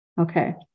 Okay